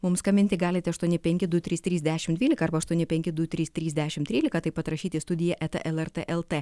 mums skambinti galite aštuoni penki du trys trys dešimt dvylika arba aštuoni penki du trys trys dešimt trylika taip pat rašyti į studiją eta lrt lt